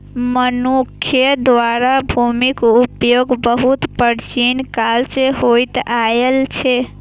मनुक्ख द्वारा भूमिक उपयोग बहुत प्राचीन काल सं होइत आयल छै